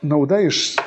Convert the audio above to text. nauda iš